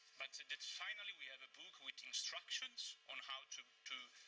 but that finally we have a book with instructions on how to to